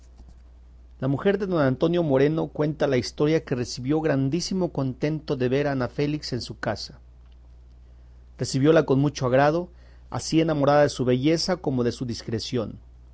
la mujer de don antonio moreno cuenta la historia que recibió grandísimo contento de ver a ana félix en su casa recibióla con mucho agrado así enamorada de su belleza como de su discreción